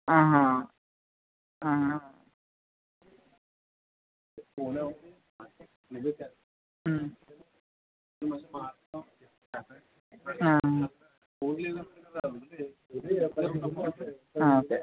ఆహా ఆహ ఓకే